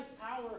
power